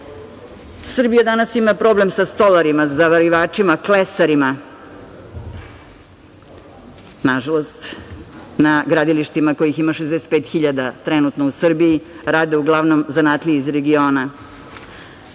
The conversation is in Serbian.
žive. Srbija danas ima problem sa stolarima, zavarivačima, klesarima. Nažalost, na gradilištima kojih ima 65.000 trenutno u Srbiji rade uglavnom zanatlije iz regiona.